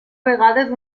vegades